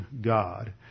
God